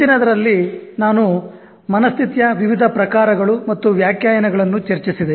ಹಿಂದಿನದರಲ್ಲಿ ನಾನು ಮನಃಸ್ಥಿತಿಯ ವಿವಿಧ ಪ್ರಕಾರಗಳು ಮತ್ತು ವ್ಯಾಖ್ಯಾನಗಳನ್ನು ಚರ್ಚಿಸಿದೆ